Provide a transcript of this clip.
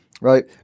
right